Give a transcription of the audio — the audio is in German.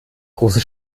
große